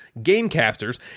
GameCasters